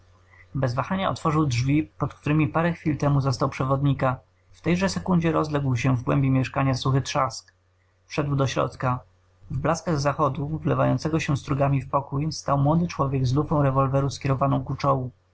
wahania otworzył drzwi pod któremi parę chwil temu zastał przewodnika w tejże sekundzie rozległ się w głębi mieszkania suchy trzask wszedł do środka w blaskach zachodu wlewającego się strugami w pokój stał młody człowiek z lufą rewolweru skierowaną